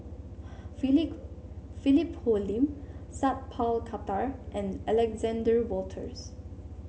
Philip Hoalim Sat Pal Khattar and Alexander Wolters